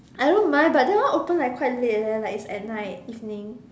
I don't mind but that one open like quite late leh like is at night evening